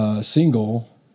single